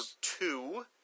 two